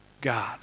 God